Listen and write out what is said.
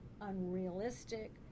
unrealistic